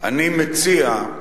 מציע,